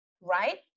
Right